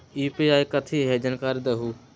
UPI कथी है? जानकारी दहु